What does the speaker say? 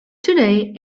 today